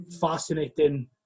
fascinating